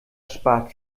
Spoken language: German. spart